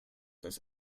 this